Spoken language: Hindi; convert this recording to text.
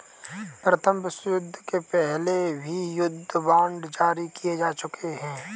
प्रथम विश्वयुद्ध के पहले भी युद्ध बांड जारी किए जा चुके हैं